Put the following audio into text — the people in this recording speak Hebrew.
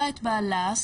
בעיה.